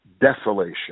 desolation